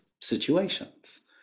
situations